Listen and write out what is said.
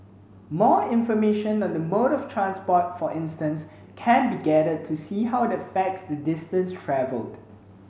more information on the mode of transport for instance can be gathered to see how it affects the distance travelled